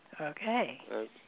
okay